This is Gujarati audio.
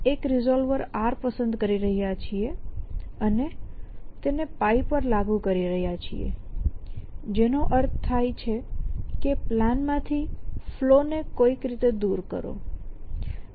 આપણે 1 રિસોલ્વર r પસંદ કરી રહ્યા છીએ અને તેને π પર લાગુ કરી રહ્યા છીએ જેનો અર્થ થાય છે કે પ્લાન માં થી ફ્લૉ ને કોઈક રીતે દૂર કરો